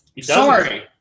Sorry